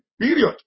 Period